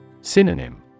Synonym